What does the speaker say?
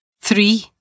Three